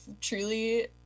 Truly